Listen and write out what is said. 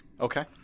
Okay